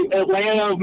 atlanta